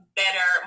better